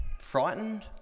frightened